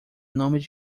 nomes